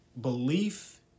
belief